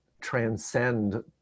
transcend